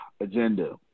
agenda